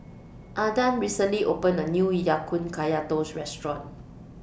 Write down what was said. Adan recently opened A New Ya Kun Kaya Toast Restaurant